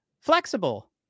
flexible